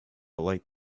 light